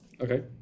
Okay